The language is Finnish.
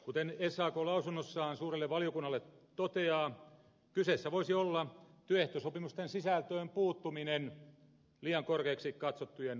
kuten sak lausunnossaan suurelle valiokunnalle toteaa kyseessä voisi olla työehtosopimusten sisältöön puuttuminen liian korkeiksi katsottujen palkankorotusten vuoksi